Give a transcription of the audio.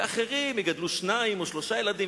ואחרים יגדלו שניים או שלושה ילדים,